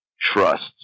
trusts